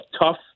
tough